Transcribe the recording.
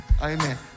Amen